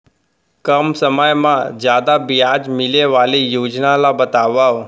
कम समय मा जादा ब्याज मिले वाले योजना ला बतावव